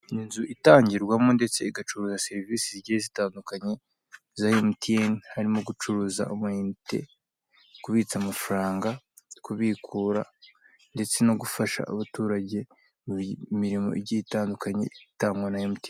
Inzu itangirwamo ndetse igacuruza serivise zigiye zitandukanye za MTN harimo gucuruza ama inite, kubitsa amafaranga, kubikura ndetse no gufasha abaturage mu mirimo igiye itandukanye itangwa na MTN.